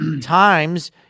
times